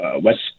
West